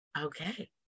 Okay